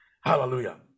Hallelujah